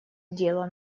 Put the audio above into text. дело